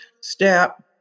step